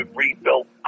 rebuilt